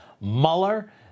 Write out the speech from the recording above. Mueller